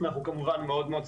אנחנו כמובן מאוד מאוד שמחים.